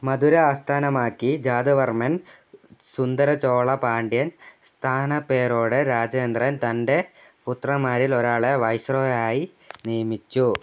മധുര ആസ്ഥാനമാക്കി ജാതവർമൻ സുന്ദരചോള പാണ്ഡ്യന് സ്ഥാനപ്പേരോടെ രാജേന്ദ്രന് തൻ്റെ പുത്രന്മാരിൽ ഒരാളെ വൈസ്രോയി ആയി നിയമിച്ചു